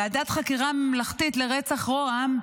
ועדת חקירה ממלכתית לרצח ראש הממשלה,